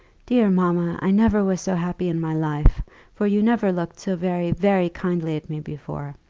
dear mamma, i never was so happy in my life for you never looked so very, very kindly at me before.